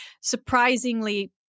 surprisingly